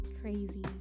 crazy